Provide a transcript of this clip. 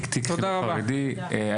בוקר טוב אדוני היושב ראש.